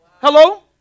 Hello